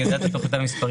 אני יודע לפחות את המספרים.